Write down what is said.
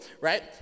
right